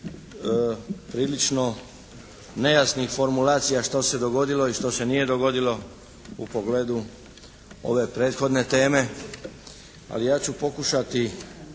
prilično nejasnih formulacija što se dogodilo i što se nije dogodilo u pogledu ove prethodne teme. Ali ja ću pokušati